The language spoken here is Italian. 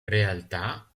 realtà